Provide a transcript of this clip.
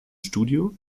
studio